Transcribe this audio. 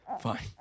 fine